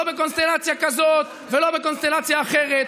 לא בקונסטלציה כזאת ולא בקונסטלציה אחרת.